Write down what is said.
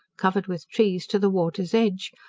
covered with trees to the water's edge,